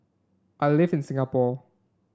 I live in Singapore